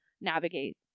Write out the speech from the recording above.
navigate